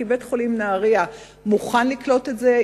כי בית-חולים נהרייה מוכן לקלוט את זה,